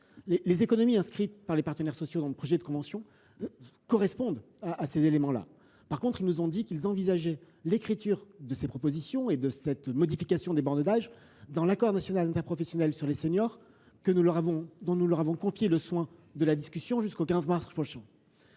Les économies inscrites par les partenaires sociaux dans le projet de convention correspondent à ces éléments. En revanche, les partenaires sociaux nous ont dit envisager l’inscription de ces propositions et de cette modification des bornes d’âge dans l’accord national interprofessionnel sur les seniors dont nous leur avons confié la discussion jusqu’au 15 mars prochain.